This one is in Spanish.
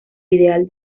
ideal